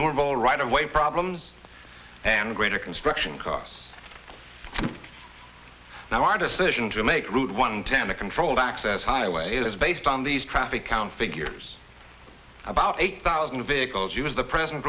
normal right of way problems and greater construction costs now our decision to make route one ten the controlled access highway that is based on these traffic count figures about eight thousand vehicles use the present